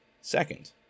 Second